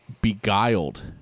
beguiled